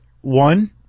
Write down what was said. one